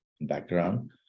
background